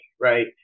right